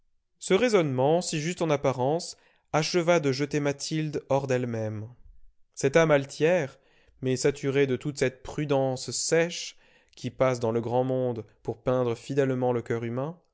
ce raisonnement si juste en apparence acheva de jeter mathilde hors d'elle-même cette âme altière mais saturée de toute cette prudence sèche qui passe dans le grand monde pour peindre fidèlement le coeur humain